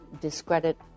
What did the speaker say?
discredit